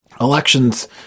elections